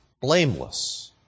blameless